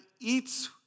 eats